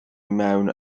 mewn